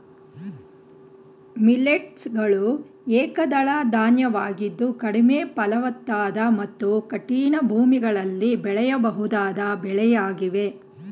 millets ಗಳು ಏಕದಳ ಧಾನ್ಯವಾಗಿದ್ದು ಕಡಿಮೆ ಫಲವತ್ತಾದ ಮತ್ತು ಕಠಿಣ ಭೂಮಿಗಳಲ್ಲಿ ಬೆಳೆಯಬಹುದಾದ ಬೆಳೆಯಾಗಿವೆ